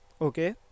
Okay